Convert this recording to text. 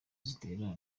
zibitera